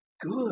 good